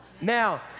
Now